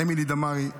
אמילי דמארי,